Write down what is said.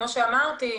כמו שאמרתי,